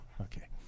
Okay